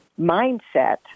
mindset